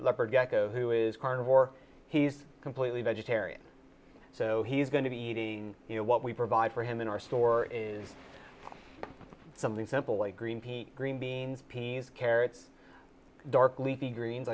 leopard gecko who is carnivore he's completely vegetarian so he's going to be eating what we provide for him in our store is something simple like green pea green beans peas carrots dark leafy greens